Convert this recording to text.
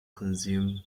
consume